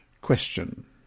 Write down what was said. Question